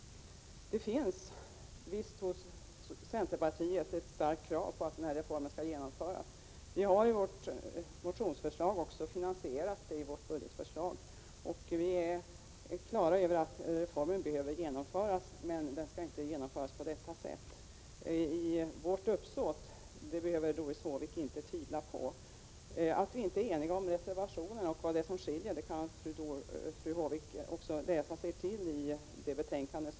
Centerpartiet ställer krav på att denna reform skall genomföras. Vi har i vårt motionsförslag angett hur den skall finansieras. Vi är på det klara med att reformen behöver genomföras, men den skall inte genomföras på detta sätt. Vårt uppsåt behöver Doris Håvik inte tvivla på. De borgerliga partierna är inte eniga om reservationerna, och vad det är som skiljer kan fru Håvik läsa sig till i betänkandet.